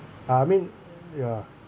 ah I mean ya